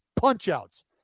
punch-outs